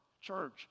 church